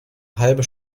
halbe